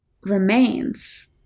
remains